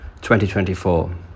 2024